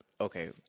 okay